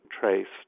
traced